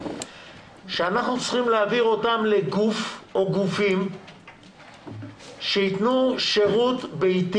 שאנחנו צריכים להעביר אותם לגוף או גופים שיתנו שירות ביתי